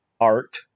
art